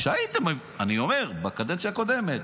כשהייתם, אני אומר, בקדנציה הקודמת.